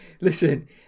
Listen